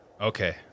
okay